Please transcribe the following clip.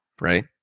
right